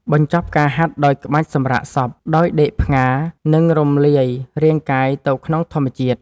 បញ្ចប់ការហាត់ដោយក្បាច់សម្រាកសព ដោយដេកផ្ងារ និងរំលាយរាងកាយទៅក្នុងធម្មជាតិ។